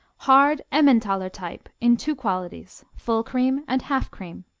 hard emmentaler type in two qualities full cream and half cream.